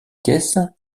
caisse